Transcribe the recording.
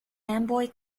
amboy